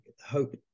Hope